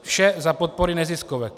Vše za podpory neziskovek.